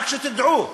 רק שתדעו: